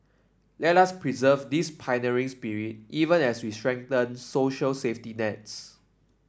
let us preserve this pioneering spirit even as we strengthen social safety nets